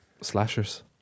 slashers